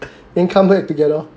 then come back together orh